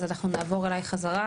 אז אנחנו נעבור אלייך חזרה,